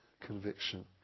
conviction